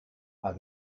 are